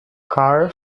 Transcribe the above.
carr